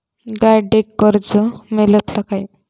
गाडयेक कर्ज मेलतला काय?